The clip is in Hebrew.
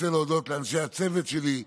אני רוצה להודות לאנשי הצוות שלי,